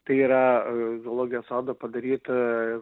tai yra zoologijos sodą padaryt